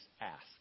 ask